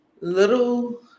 little